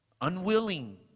unwilling